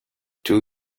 two